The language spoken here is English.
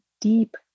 deep